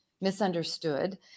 misunderstood